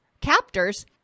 captors